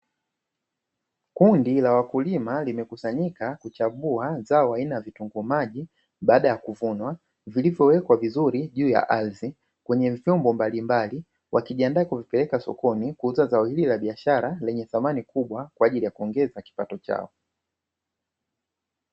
Kundi la wakulima limekusanyika kuchambua zao haina vitunguu maji baada ya kuvunwa vilivyowekwa vizuri juu ya ardhi kwenye vyombo mbalimbali, wakijiandaa kuvipeleka sokoni kuuza zao hili la biashara lenye thamani kubwa kwa ajili ya kuongeza kipato chao.